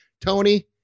Tony